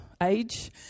age